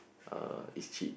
uh it's cheap